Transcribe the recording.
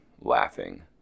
laughing